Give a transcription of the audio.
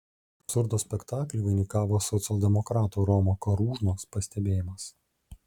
absurdo spektaklį vainikavo socialdemokrato romo karūžnos pastebėjimas